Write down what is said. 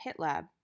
HitLab